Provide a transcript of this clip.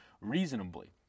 reasonably